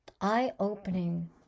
eye-opening